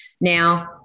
Now